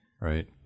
Right